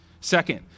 Second